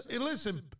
listen